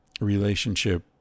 relationship